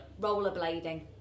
Rollerblading